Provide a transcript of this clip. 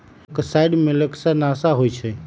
मोलॉक्साइड्स मोलस्का नाशक होइ छइ